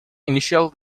initial